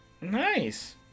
nice